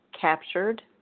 captured